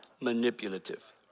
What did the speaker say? manipulative